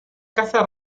casa